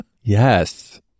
yes